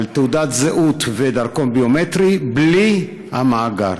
תעודת זהות ודרכון ביומטריים בלי המאגר,